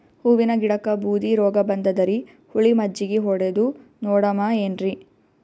ಹೂವಿನ ಗಿಡಕ್ಕ ಬೂದಿ ರೋಗಬಂದದರಿ, ಹುಳಿ ಮಜ್ಜಗಿ ಹೊಡದು ನೋಡಮ ಏನ್ರೀ?